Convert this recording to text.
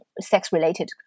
sex-related